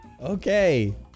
Okay